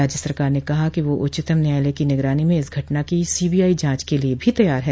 राज्य सरकार ने कहा कि वह उच्चतम न्यायालय की निगरानी में इस घटना की सीबीआई जांच के लिए भी तैयार है